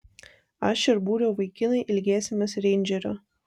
aš ir būrio vaikinai ilgėsimės reindžerio